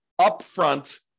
upfront